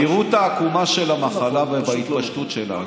תראו את העקומה של המחלה ואת ההתפשטות שלה,